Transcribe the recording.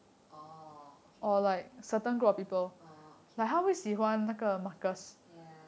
oh okay oh okay